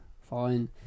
fine